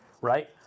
right